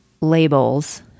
labels